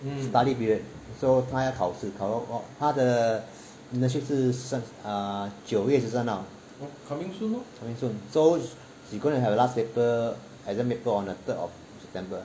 study period so 她要考试考她的 internship 是九月十三号 coming soon so she go and have last paper exam paper on the third of september